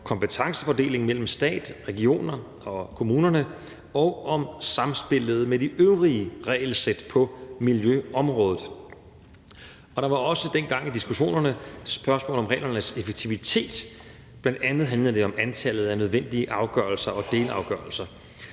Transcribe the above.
kompetencefordelingen mellem stat, regioner og kommuner og om samspillet med de øvrige regelsæt på miljøområdet. Der var også dengang i diskussionerne spørgsmål om reglernes effektivitet. Bl.a. handlede det om antallet af nødvendige afgørelser og delafgørelser.